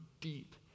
deep